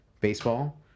baseball